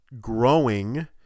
growing